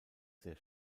sehr